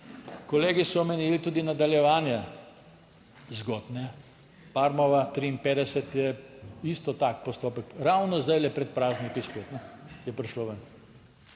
Kolegi so omenili tudi nadaljevanje zgodb Parmova 53, je isto, tak postopek ravno zdaj pred prazniki spet je prišlo ven.